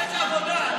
תן עבודה.